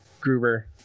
Gruber